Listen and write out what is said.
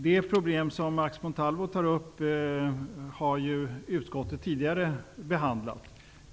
Det problem som Max Montalvo tar upp har utskottet tidigare behandlat.